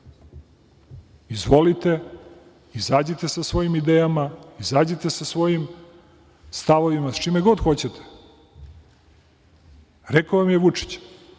Izvolite, izađite sa svojim idejama, izađite sa svojim stavovima, sa čime god hoćete. Rekao vam je Vučić,